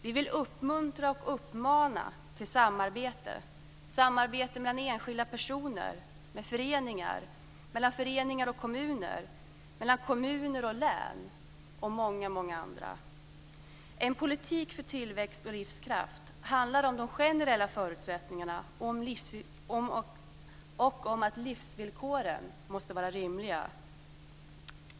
Vi vill uppmuntra och uppmana till samarbete. Det är samarbete mellan enskilda personer och föreningar, mellan föreningar och kommuner, mellan kommuner och län, och mellan många andra. En politik för tillväxt och livskraft handlar om de generella förutsättningar och om att livsvillkoren måste vara rimliga.